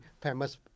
famous